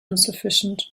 insufficient